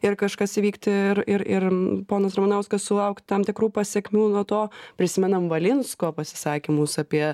ir kažkas įvykti ir ir ir ponas ramanauskas sulaukt tam tikrų pasekmių nuo to prisimenam valinsko pasisakymus apie